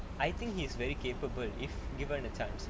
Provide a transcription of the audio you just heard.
I think he's very capable if given the times